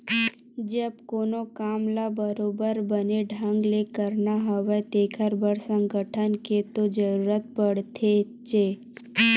जब कोनो काम ल बरोबर बने ढंग ले करना हवय तेखर बर संगठन के तो जरुरत पड़थेचे